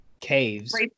caves